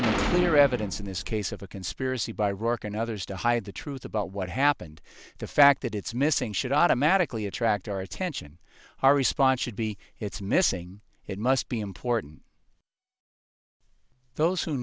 the evidence in this case of a conspiracy by rourke and others to hide the truth about what happened the fact that it's missing should automatically attract our attention our response should be it's missing it must be important those who